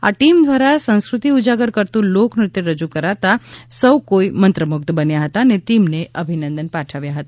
આ ટીમ દ્વારા સંસ્કૃતિ ઉજાગર કરતું લોકનૃત્ય રજૂ કરતા સૌ કોઈ મંત્રમુગ્ધ બન્યા હતા અને ટીમને અભિનંદન પાઠવ્યા હતા